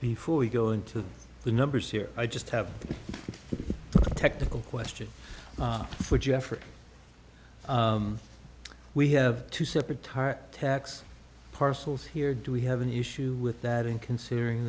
before we go into the numbers here i just have a technical question for jeffrey we have two separate tarak tax parcels here do we have an issue with that in considering